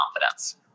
confidence